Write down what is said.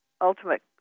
Ultimate